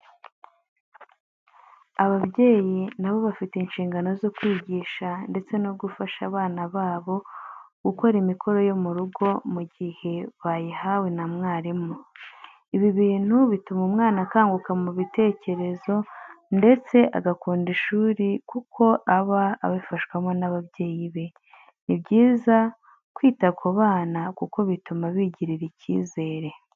Ababyeyi na bo bafite inshingano zo kwigisha ndetse no gufasha abana babo gukora imikoro yo mu rugo igihe bayihawe na mwarimu. Ibi bintu bituma umwana akanguka mu bitekerezo ndetse agakunda ishuri kuko aba abifashwamo n'ababyeyi be. Ni byiza kwita ku bana kuko bituma bigirira icyizere.